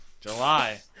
July